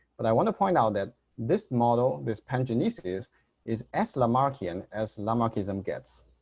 but i want to point out that this model this pangenesis is is as lamarckian as lamarckism gets.